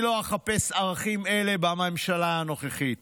אני לא אחפש ערכים אלה בממשלה הנוכחית.